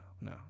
no